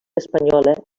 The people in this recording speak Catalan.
espanyola